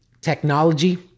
technology